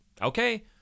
Okay